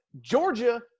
Georgia